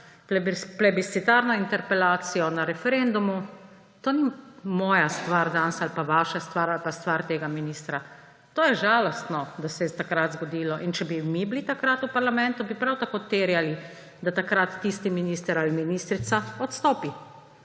plebiscitarno interpelacijo na referendumu, ni moja stvar danes ali pa vaša stvar ali pa stvar tega ministra. Žalostno je, da se je to takrat zgodilo, in če bi mi bili takrat v parlamentu, bi prav tako terjali, da takrat tisti minister ali ministrica odstopi.